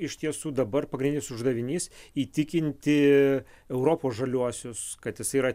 iš tiesų dabar pagrindinis uždavinys įtikinti europos žaliuosius kad jis yra